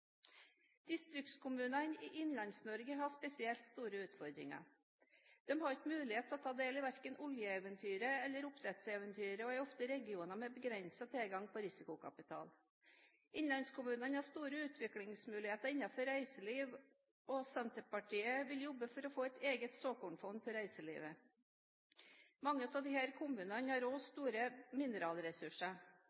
Distriktskommunene i Innlands-Norge har spesielt store utfordringer. De har ikke mulighet til å ta del i verken oljeeventyret eller oppdrettseventyret, og er ofte i regioner med begrenset tilgang på risikokapital. Innlandskommunene har store utviklingsmuligheter innenfor reiseliv, og Senterpartiet vil jobbe for å få et eget såkornfond for reiselivet. Mange av disse kommunene har